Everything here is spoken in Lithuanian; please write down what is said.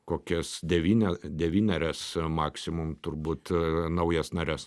kokias devynia devynerias maksimum turbūt naujas nares